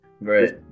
Right